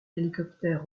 hélicoptère